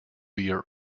beer